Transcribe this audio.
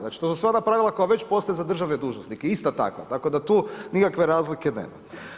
Znači to su sva ta pravila koja već postoje državne dužnosnike, ista takva, tako da tu nikakve razlike nema.